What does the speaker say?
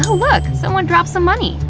look! someone dropped some money!